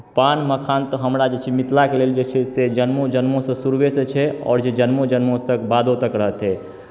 पान मखान तऽ हमरा जे छै मिथिलाके लेल जे छै से जन्मों जन्मोंसँ शुरुएसँ छै आओर जे जन्मों जन्मों तक बादो तक रहतै